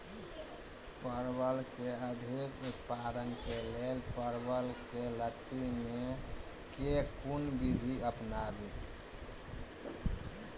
परवल केँ अधिक उत्पादन केँ लेल परवल केँ लती मे केँ कुन विधि अपनाबी?